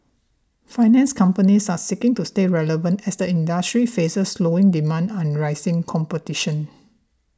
finance companies are seeking to stay relevant as the industry faces slowing demand and rising competition